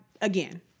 again